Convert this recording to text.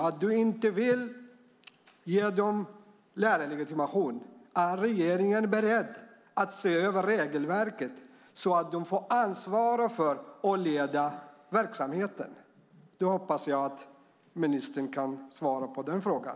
Om du inte vill ge dem lärarlegitimation undrar jag om regeringen är beredd att se över regelverket, så att de får ansvara för och leda verksamheten? Jag hoppas att ministern kan svara på den frågan.